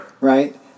Right